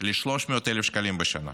ל-300,000 שקלים בשנה.